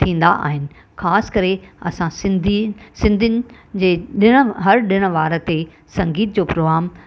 थींदा आहिनि ख़ासि करे असां सिंधी सिंधियुनि जे ॾिण हर ॾिण वार ते संगीत जो प्रोग्राम